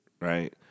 right